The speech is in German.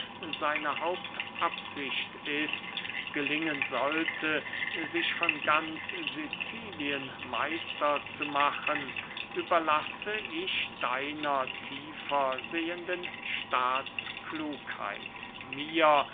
seine hauptabsicht ist gelingen sollte sich von ganz sicilien meister zu machen überlasse ich deiner tiefer sehenden staatsklugheit mir